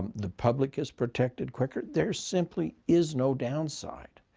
the public is protected quicker. there simply is no downside.